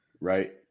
Right